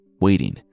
waiting